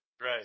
Right